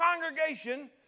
congregation